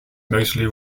mostly